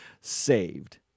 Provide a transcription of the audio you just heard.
Saved